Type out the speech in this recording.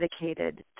dedicated